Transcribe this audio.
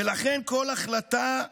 ולכן כל החלטה,